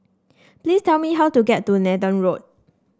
please tell me how to get to Nathan Road